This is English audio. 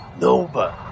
NOVA